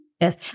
Yes